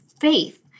faith